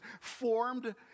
formed